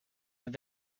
have